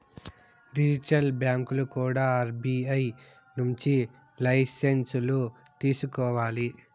digital బ్యాంకులు కూడా RBI నుంచి లైసెన్సులు తీసుకోవాలి